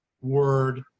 word